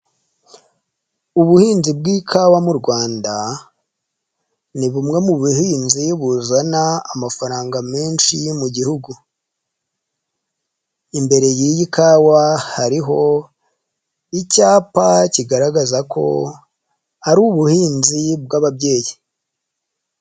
Ubuhinzi bw'ikawa mu Rwanda, ni bumwe mu buhinzi buzana amafaranga menshi mu gihugu. Imbere y'iyi kawa icyapa ki ko hari ubuhinzi bw'ababyeyi.